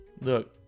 look